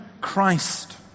Christ